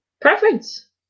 Preference